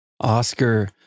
Oscar